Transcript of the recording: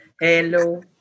Hello